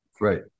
Right